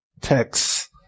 text